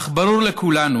אך ברור לכולנו